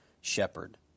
shepherd